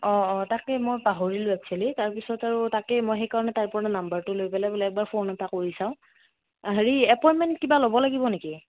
অ' অ' তাকে মই পাহৰিলোঁ একচুয়েলি তাৰপিছত আৰু তাকেই মই সেই কাৰণে তাইৰ পৰা নাম্বাৰটো লৈ পেলাই বোলো একবাৰ ফ'ন এটা কৰি চাওঁ অ' হেৰি এপইণ্টমেণ্ট কিবা ল'ব লাগিব নেকি